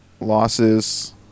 losses